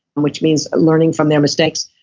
and which means learning from their mistakes.